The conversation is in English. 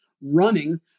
running